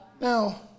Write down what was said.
Now